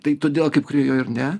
tai todėl kaip kurie jo ir ne